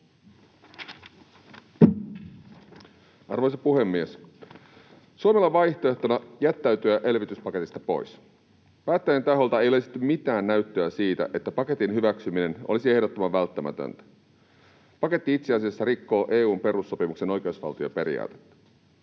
Arvoisa puhemies! Suomella on vaihtoehtona jättäytyä elvytyspaketista pois. Päättäjien taholta ei ole esitetty mitään näyttöä siitä, että paketin hyväksyminen olisi ehdottoman välttämätöntä. Paketti itse asiassa rikkoo EU:n perussopimuksen oikeusvaltioperiaatetta.